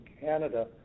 Canada